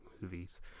movies